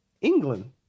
England